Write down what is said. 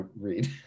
read